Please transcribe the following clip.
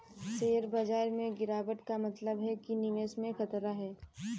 share बाजार में गिराबट का मतलब है कि निवेश में खतरा है